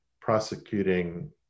prosecuting